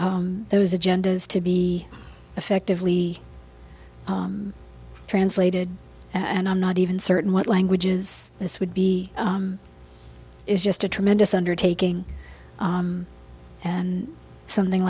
for those agendas to be effectively translated and i'm not even certain what languages this would be is just a tremendous undertaking and something